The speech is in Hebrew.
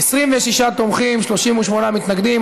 26 תומכים, 38 מתנגדים.